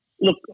Look